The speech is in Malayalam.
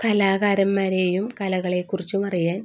കലാകാരന്മാരെയും കലകളെക്കുറിച്ചും അറിയാൻ